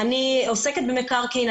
אני עוסקת במקרקעין,